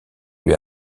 lui